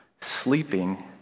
sleeping